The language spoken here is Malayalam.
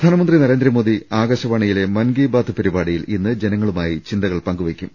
പ്രധാനമന്ത്രി നരേന്ദ്രമോദി ആകാശവാണിയിലെ മൻ കി ബാത് പരിപാടിയിൽ ഇന്ന് ജനങ്ങളുമായി ചിന്തകൾ പങ്കു വെയ്ക്കും